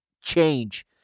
change